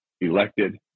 elected